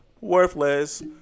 Worthless